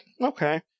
okay